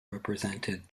represented